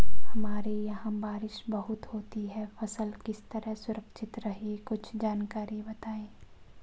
हमारे यहाँ बारिश बहुत होती है फसल किस तरह सुरक्षित रहे कुछ जानकारी बताएं?